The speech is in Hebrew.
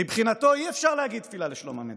מבחינתו אי-אפשר להגיד תפילה לשלום המדינה.